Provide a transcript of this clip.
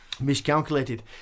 miscalculated